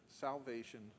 salvation